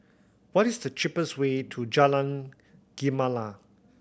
what is the cheapest way to Jalan Gemala